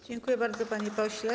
Dziękuję bardzo, panie pośle.